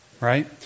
right